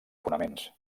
fonaments